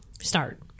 Start